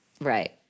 Right